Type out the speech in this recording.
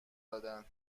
دادند